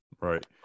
Right